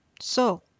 so